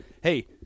Hey